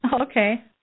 Okay